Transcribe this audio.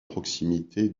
proximité